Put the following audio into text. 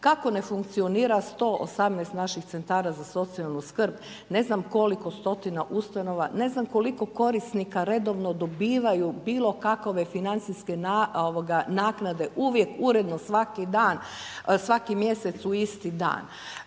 Kako ne funkcionira 118 naših Centara za socijalnu skrb, ne znam koliko stotina ustanova, ne znam koliko korisnika redovno dobivaju bilo kakove financijske naknade uvijek uredno svaki dan, svaki mjesec u isti dan.